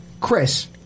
Chris